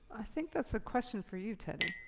i think that's a question for you, teddy.